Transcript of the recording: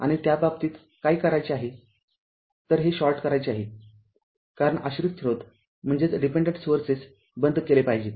आणि त्या बाबतीत काय करायचे आहे तर हे शॉर्ट करायचे आहे कारण आश्रित स्रोत बंद केले पाहिजेत